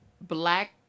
black